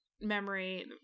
memory